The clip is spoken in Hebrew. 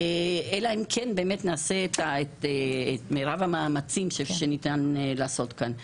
אלא אם כן נעשה את מרב המאמצים שניתן לעשות כאן.